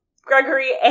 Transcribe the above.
Gregory